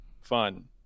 fun